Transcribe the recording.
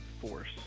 force